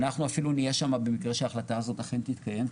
אנחנו אפילו נהיה שם במקרה שההחלטה הזאת אכן תתקיים,